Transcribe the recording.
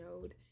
node